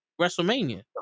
WrestleMania